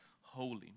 holy